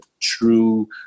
true